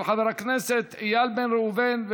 של חבר הכנסת איל בן ראובן,